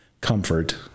comfort